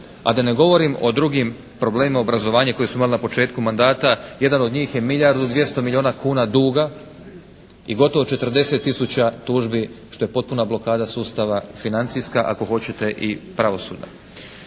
A da ne govorim o drugim problemima obrazovanja koje smo imali na početku mandata. Jedan od njih je milijardu 200 milijuna kuna duga i gotovo 40 tisuća tužbi što je potpuna blokada sustava, financijska ako hoćete i pravosudna.